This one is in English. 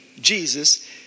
Jesus